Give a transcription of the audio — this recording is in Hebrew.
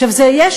חייהם בסכנה.